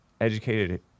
educated